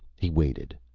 he waited.